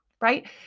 right